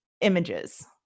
images